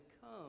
come